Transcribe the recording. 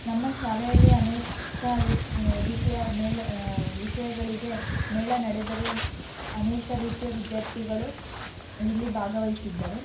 ನಮ್ಮ ಶಾಲೆಯಲ್ಲಿ ಅನೇಕ ರಿ ರೀತಿಯ ಮೇಳ ವಿಷಯಗಳಿಗೆ ಮೇಳ ನಡೆದರೂ ಅನೇಕ ರೀತಿಯ ವಿದ್ಯಾರ್ಥಿಗಳು ಇಲ್ಲಿ ಭಾಗವಹಿಸಿದ್ದರು